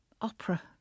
opera